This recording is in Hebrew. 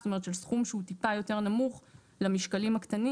זאת אומרת של סכום שהוא טיפה יותר נמוך למשקלים הקטנים.